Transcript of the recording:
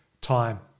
time